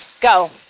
Go